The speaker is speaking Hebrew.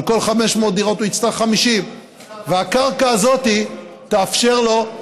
על כל 500 דירות הוא יצטרך 50. והקרקע הזאת תאפשר לו,